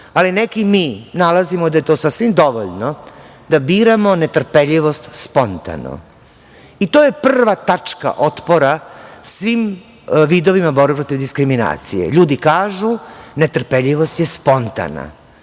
ali neki mi nalazimo da je to sasvim dovoljno da biramo netrpeljivost spontano. To je prva tačka otpora svim vidovima borbe protiv diskriminacije. Ljudi kažu netrpeljivost je spontana.